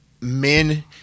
men